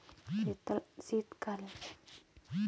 शीतकालीन में हम टमाटर की खेती कैसे कर सकते हैं?